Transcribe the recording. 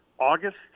August